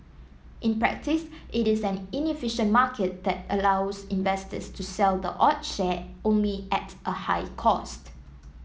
in practice it is an inefficient market that allows investors to sell the odd share only at a high cost